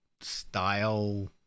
style